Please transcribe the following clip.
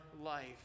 life